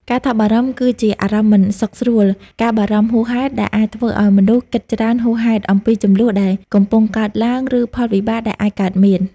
ការថប់បារម្ភ គឺជាអារម្មណ៍មិនសុខស្រួល ការបារម្ភហួសហេតុ ដែលអាចធ្វើឲ្យមនុស្សគិតច្រើនហួសហេតុអំពីជម្លោះដែលកំពុងកើតឡើង ឬផលវិបាកដែលអាចកើតមាន។